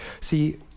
See